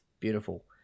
Beautiful